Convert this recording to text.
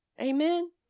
Amen